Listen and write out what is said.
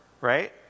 right